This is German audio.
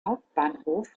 hauptbahnhof